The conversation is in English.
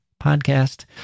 podcast